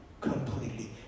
completely